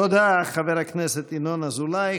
תודה, חבר הכנסת ינון אזולאי.